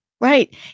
Right